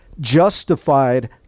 justified